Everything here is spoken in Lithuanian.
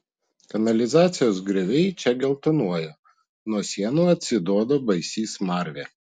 kanalizacijos grioviai čia geltonuoja nuo sienų atsiduoda baisi smarvė